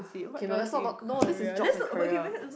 K no lets not no no this is jobs and career